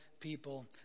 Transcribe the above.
people